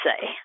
say